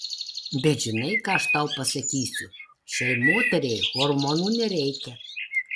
bet žinai ką aš tau pasakysiu šiai moteriai hormonų nereikia